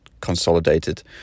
consolidated